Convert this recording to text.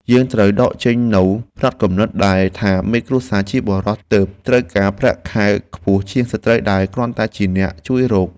យើងត្រូវដកចេញនូវផ្នត់គំនិតដែលថាមេគ្រួសារជាបុរសទើបត្រូវការប្រាក់ខែខ្ពស់ជាងស្ត្រីដែលគ្រាន់តែជាអ្នកជួយរក។